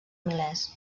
milers